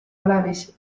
alevis